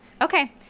Okay